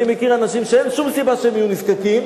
אני מכיר אנשים שאין שום סיבה שהם יהיו נזקקים,